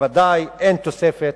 ובוודאי אין תוספת,